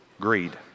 Greed